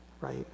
Right